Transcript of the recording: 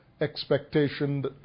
expectation